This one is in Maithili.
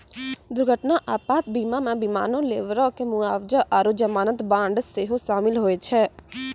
दुर्घटना आपात बीमा मे विमानो, लेबरो के मुआबजा आरु जमानत बांड सेहो शामिल होय छै